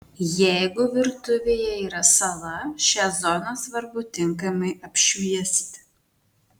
jeigu virtuvėje yra sala šią zoną svarbu tinkamai apšviesti